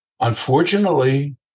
Unfortunately